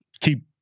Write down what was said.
keep